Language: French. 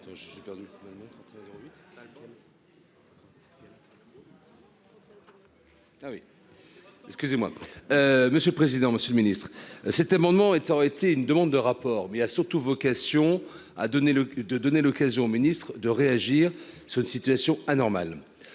Monsieur le président, Monsieur le Ministre c'était moment et tu aurais été une demande de rapport mais il a surtout vocation à donner le de donner l'occasion au ministre de réagir sur une situation anormale.